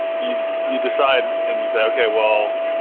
you you decide and you say, ok, well,